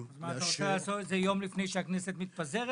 לאשר --- אתה רוצה לעשות את זה יום לפני שהכנסת מתפזרת?